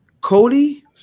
Cody